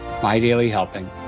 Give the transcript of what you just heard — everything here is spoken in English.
MyDailyHelping